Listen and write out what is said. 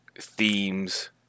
themes